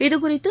இதுகுறித்தும்